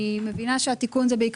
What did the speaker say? אז אין לו מה לתבוע.